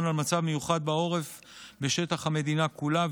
על מצב מיוחד בעורף בשטח המדינה כולה,